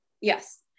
Yes